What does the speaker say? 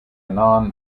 annan